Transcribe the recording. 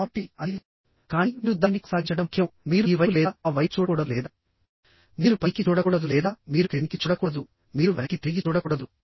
కాబట్టి అది కానీ మీరు దానిని కొనసాగించడం ముఖ్యం మీరు ఈ వైపు లేదా ఆ వైపు చూడకూడదు లేదా మీరు పైకి చూడకూడదు లేదా మీరు క్రిందికి చూడకూడదు మీరు వెనక్కి తిరిగి చూడకూడదు